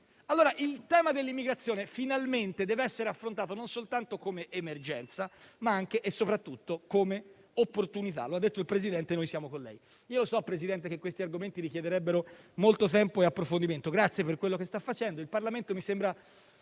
il tema dell'immigrazione finalmente dev'essere affrontato non soltanto come emergenza, ma anche e soprattutto come opportunità: lo ha detto lei, Presidente, e noi siamo con lei. So, Presidente, che questi argomenti richiederebbero molto tempo e approfondimento, ma grazie per quello che sta facendo.